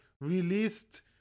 released